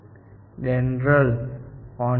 તેમાં કુશળતા આવી તે પહેલા CONGEN નામનો પ્રોગ્રામ હતો